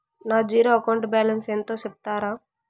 నా zero account balance ఎంతో సెప్తారా?